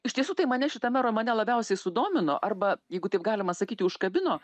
iš tiesų tai mane šitame romane labiausiai sudomino arba jeigu taip galima sakyti užkabino